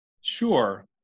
Sure